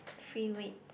three weeks